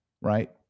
right